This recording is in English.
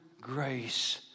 grace